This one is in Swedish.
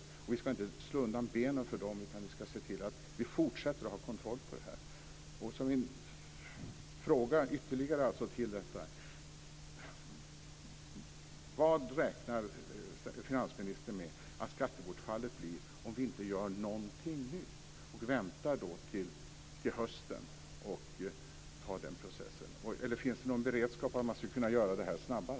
Vi ska inte slå undan benen för dem, utan vi ska se till att fortsätta att ha en kontroll. Vad räknar finansministern med att skattebortfallet blir om vi inte gör någonting nu och väntar till hösten? Finns det någon beredskap att göra detta snabbare?